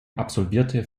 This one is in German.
absolvierte